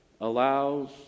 allows